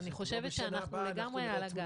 אז אני חושבת שאנחנו לגמרי על הגל.